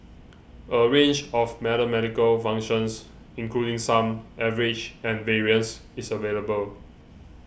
a range of mathematical functions including sum average and variance is available